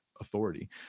authority